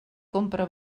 compra